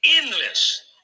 endless